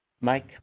Mike